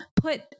put